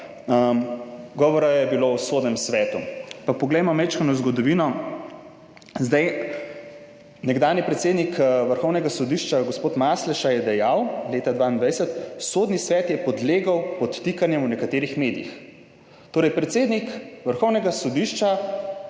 govora je bilo o Sodnem svetu. Pa poglejmo malo v zgodovino. Nekdanji predsednik Vrhovnega sodišča, gospod Masleša, je leta 2022 dejal: »Sodni svet je podlegel podtikanjem v nekaterih medijih.« Torej, predsednik Vrhovnega sodišča